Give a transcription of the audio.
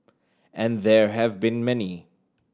and there have been many